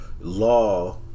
law